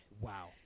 wow